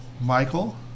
Michael